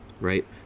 right